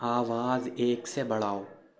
آواز ایک سے بڑھاؤ